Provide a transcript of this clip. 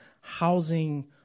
Housing